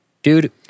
Dude